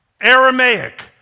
Aramaic